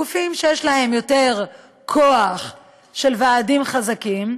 בגופים שיש להם יותר כוח של ועדים חזקים,